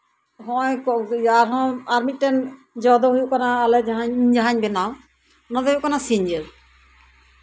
ᱱᱚᱜᱼᱚᱭ ᱟᱨᱦᱚᱸ ᱟᱨ ᱢᱤᱫᱴᱮᱱ ᱡᱚ ᱫᱚ ᱦᱩᱭᱩᱜ ᱠᱟᱱᱟ ᱟᱞᱮ ᱤᱧ ᱡᱟᱦᱟᱧ ᱵᱮᱱᱟᱣ ᱚᱱᱟ ᱫᱚ ᱦᱩᱭᱩᱜ ᱠᱟᱱᱟ ᱥᱤᱸᱡᱳ